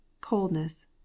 coldness